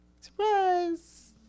surprise